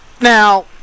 Now